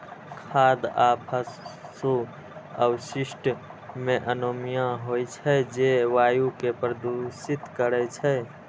खाद आ पशु अवशिष्ट मे अमोनिया होइ छै, जे वायु कें प्रदूषित करै छै